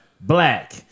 black